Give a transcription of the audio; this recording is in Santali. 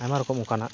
ᱟᱭᱢᱟ ᱨᱚᱠᱚᱢ ᱚᱝᱠᱟᱱᱟᱜ